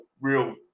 real